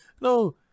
no